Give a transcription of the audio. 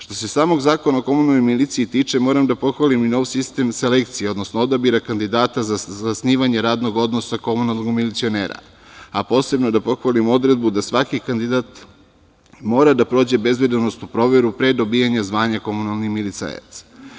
Što se samog Zakona o komunalnoj miliciji tiče, moram da pohvalim i nov sistem selekcije, odnosno odabira kandidata za zasnivanje radnog odnosa komunalnog milicionera, a posebno da pohvalim odredbu da svaki kandidat mora da prođe bezbednosnu proveru pre dobijanja zvanja komunalni milicajac.